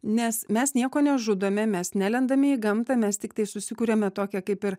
nes mes nieko nežudome mes nelendame į gamtą mes tiktai susikuriame tokią kaip ir